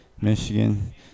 Michigan